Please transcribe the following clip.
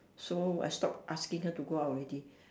so I stop asking her to go out already